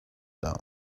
down